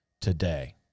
today